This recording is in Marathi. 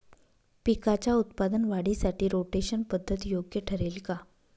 पिकाच्या उत्पादन वाढीसाठी रोटेशन पद्धत योग्य ठरेल का?